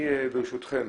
ברשותכם,